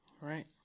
Right